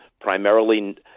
primarily